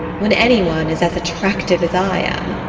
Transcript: when anyone is as attractive as i am